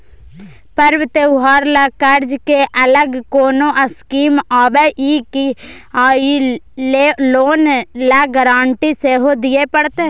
पर्व त्योहार ल कर्ज के अलग कोनो स्कीम आबै इ की आ इ लोन ल गारंटी सेहो दिए परतै?